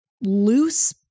loose